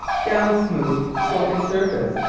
down a smooth sloping surface.